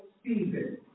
Stephen